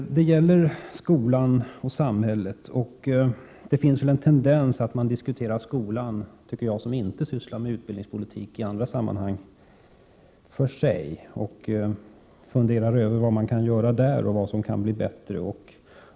Det gäller skolan och samhället. För mig som i andra sammanhang inte sysslar med utbildningspolitik verkar det som om det skulle finnas en tendens att diskutera skolan för sig. Man funderar över vilka förbättringar som kan göras på det området.